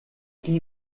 qui